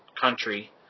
country